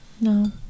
No